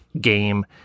game